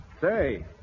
Say